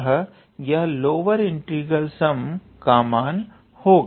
अतः यह lower integral sum का मान होगा